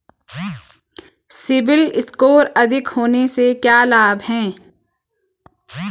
CIBIL score अधिक होने से क्या लाभ हैं?